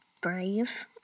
Brave